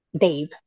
dave